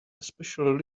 especially